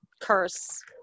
curse